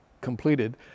completed